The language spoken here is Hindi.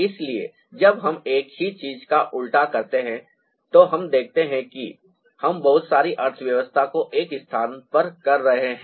इसलिए जब हम एक ही चीज का उल्टा करते हैं तो हम देखते हैं कि हम बहुत सारी अर्थव्यवस्था को एक स्थान पर कर रहे हैं